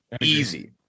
easy